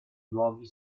luoghi